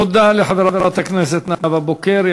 תודה לחברת הכנסת נאוה בוקר.